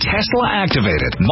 Tesla-activated